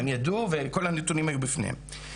הם ידעו וכל הנתונים היו בפנים.